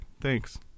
thanks